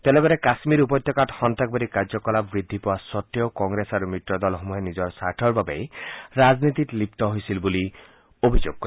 তেওঁ লগতে কাম্মীৰ উপত্যকাত সন্ত্ৰাসবাদী কাৰ্যকলাপ বৃদ্ধি পোৱা সত্বেও কংগ্ৰেছ আৰু মিত্ৰ দলসমূহে নিজৰ স্বাৰ্থৰ বাবে ৰাজনীতিত লিপ্ত হৈছিল বুলি অভিযোগ কৰে